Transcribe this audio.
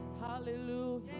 Hallelujah